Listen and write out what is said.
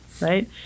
right